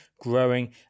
growing